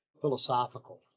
philosophical